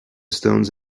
stones